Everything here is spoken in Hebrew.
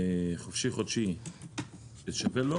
חופשי-חודשי,